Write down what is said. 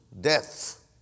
death